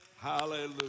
Hallelujah